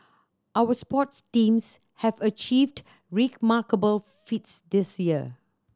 our sports teams have achieved remarkable feats this year